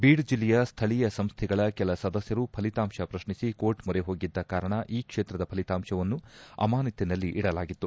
bead ಜಿಲ್ಲೆಯ ಸ್ವಳೀಯ ಸಂಸ್ವೆಗಳ ಕೆಲ ಸದಸ್ದರು ಫಲಿತಾಂತ ಪ್ರಶ್ನಿಸಿ ಕೋರ್ಟ್ ಮೊರೆ ಹೋಗಿದ್ದ ಕಾರಣ ಈ ಕ್ಷೇತ್ರದ ಫಲಿತಾಂಶವನ್ನು ಅಮಾನತಿನಲ್ಲಿಡಲಾಗಿತ್ತು